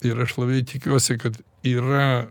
ir aš labai tikiuosi kad yra